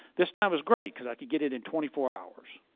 this time was great cause i could get it in twenty four hours.